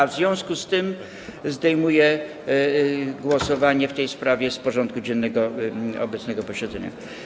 W związku z tym zdejmuję głosowanie w tej sprawie z porządku dziennego obecnego posiedzenia.